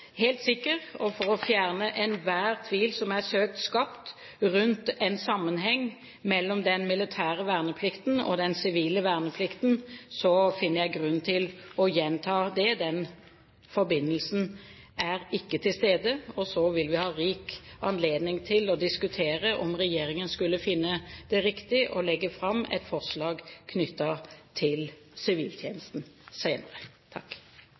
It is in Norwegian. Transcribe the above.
helt sikker og for å fjerne enhver tvil som er søkt skapt rundt en sammenheng mellom den militære verneplikten og den sivile verneplikten, finner jeg grunn til å gjenta: Den forbindelsen er ikke til stede. Så vil vi ha rik anledning til å diskutere om regjeringen skulle finne det riktig å legge fram et forslag knyttet til